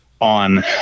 on